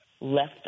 Left